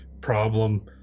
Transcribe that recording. problem